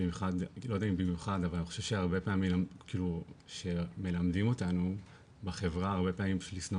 אני חושב שהרבה פעמים שמלמדים אותנו בחברה הרבה פעמים לשנוא